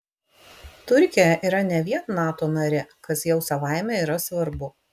turkija yra ne vien nato narė kas jau savaime yra svarbu